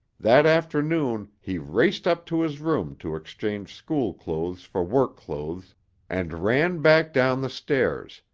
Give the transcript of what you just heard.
that afternoon he raced up to his room to exchange school clothes for work clothes and ran back down the stairs,